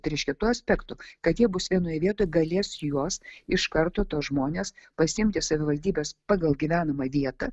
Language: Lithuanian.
tai reiškia tuo aspektu kad jie bus vienoje vietoj galės juos iš karto tuos žmones pasiimt į savivaldybes pagal gyvenamą vietą